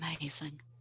amazing